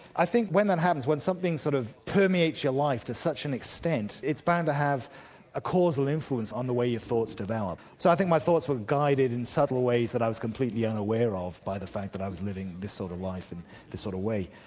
i think when that happens, when something sort of permeates your life to such an extent, it's bound to have a causal influence on the way your thoughts develop. so i think my thoughts were guided in subtle ways that i was completely unaware of by the fact that i was living this sort of life in this sort of way.